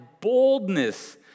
boldness